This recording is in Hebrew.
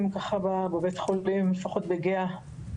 ככה בבית החולים לפחות בגהה.